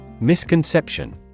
Misconception